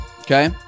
Okay